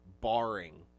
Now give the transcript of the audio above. barring